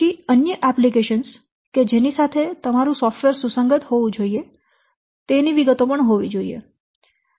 પછી અન્ય એપ્લિકેશનો કે જેની સાથે તમારૂ સોફ્ટવેર સુસંગત હોવું જોઈએ તેની વિગતો હોવી જોઈએ